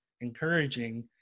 encouraging